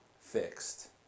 fixed